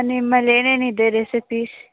ನಿಮ್ಮಲ್ಲಿ ಏನೇನು ಇದೆ ರೆಸಿಪೀಸ್